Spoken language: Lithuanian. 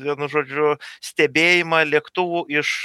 vienu žodžiu stebėjimą lėktuvų iš